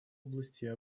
области